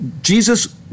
Jesus